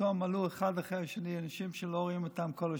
פתאום עלו אחד אחרי השני אנשים שלא רואים אותם כל השנה,